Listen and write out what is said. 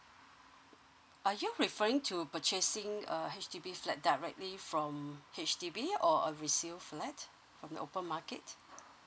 are you referring to purchasing a H_D_B flat directly from H_D_B or a resale flat from the open market